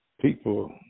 people